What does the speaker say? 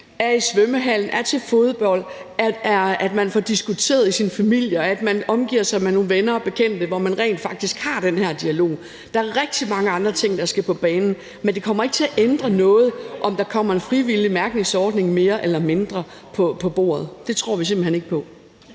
er i svømmehallen, er til fodbold, får diskuteret det i sin familie, at man omgiver sig med nogle venner og bekendte, hvor man rent faktisk har den her dialog. Der er rigtig mange andre ting, der skal på banen. Men det kommer ikke til at ændre noget, om der kommer en frivillig mærkningsordning mere eller mindre på bordet. Det tror vi simpelt hen ikke på.